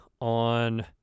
on